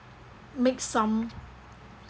make some